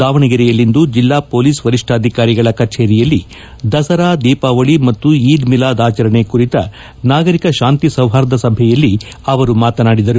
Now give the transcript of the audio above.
ದಾವಣಗೆರೆಯಲ್ಲಿಂದು ಜಿಲ್ಲಾ ಶೊಲೀಸ್ ವರಿಷ್ಲಾಧಿಕಾರಿಗಳ ಕಚೇರಿಯಲ್ಲಿ ದಸರಾ ದೀಪಾವಳಿ ಮತ್ತು ಈದ್ ಮಿಲಾದ್ ಆಚರಣೆ ಕುರಿತ ನಾಗರಿಕ ಶಾಂತಿ ಸೌಹಾರ್ಧ ಸಭೆಯಲ್ಲಿ ಅವರು ಮಾತನಾಡಿದರು